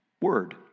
word